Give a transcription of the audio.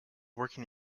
working